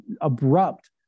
abrupt